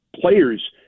players